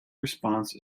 response